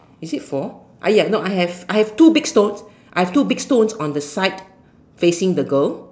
is it four uh ya no I have I have two big stones I have two big stones on the side facing the girl